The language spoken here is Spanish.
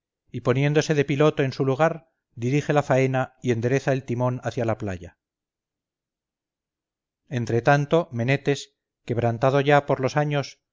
y poniéndose de piloto en su lugar dirige la faena y endereza el timón hacia la playa entre tanto menetes quebrantado ya por los años